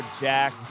Jack